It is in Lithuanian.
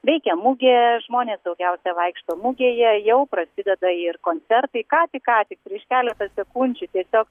veikia mugė žmonės daugiausiai vaikšto mugėje jau prasideda ir koncertai ką tik ką tik prieš keletą sekundžių tiesiog